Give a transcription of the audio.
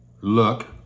look